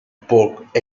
pork